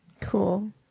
Cool